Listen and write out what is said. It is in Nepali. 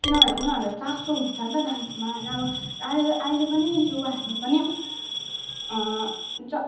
किनभने उनीहरूलाई चासो हुन्छ नि त डान्समा होइन अब अहिले त अहिले पनि युवाहरूले पनि ज